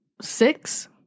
Six